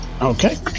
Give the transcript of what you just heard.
Okay